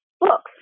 books